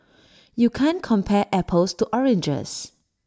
you can't compare apples to oranges